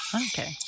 Okay